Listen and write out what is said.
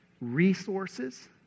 resources